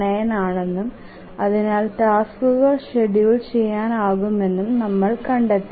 779 ആണെന്നും അതിനാൽ ടാസ്ക്കുകൾ ഷെഡ്യൂൾ ചെയ്യാനാകുമെന്നും നമ്മൾ കണ്ടെത്തി